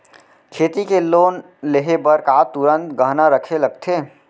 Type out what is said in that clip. खेती के लोन लेहे बर का तुरंत गहना रखे लगथे?